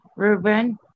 Ruben